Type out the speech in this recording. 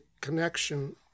connection